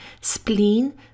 spleen